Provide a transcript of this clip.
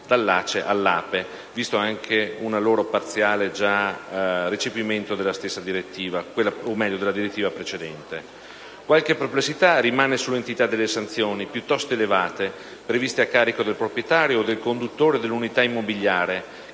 da parte loro c'è già stato un parziale recepimento della direttiva precedente. Qualche perplessità rimane sull'entità delle sanzioni, piuttosto elevate, previste a carico del proprietario o del conduttore dell'unità immobiliare